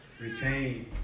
retain